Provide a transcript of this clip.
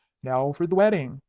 now for the wedding!